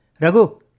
Ragu